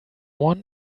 one